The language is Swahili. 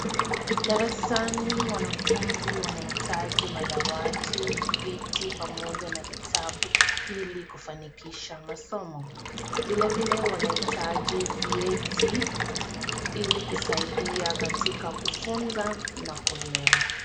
Darasani wanafunzi wanahitaji madawati, viti pamoja na vitabu ili kufanikisha masomo. Vilevile wanahitaji vyeti ili kusaidia katika kufunza na kuelewa.